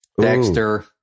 Dexter